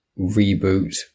reboot